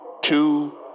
two